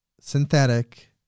synthetic